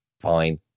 fine